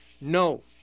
No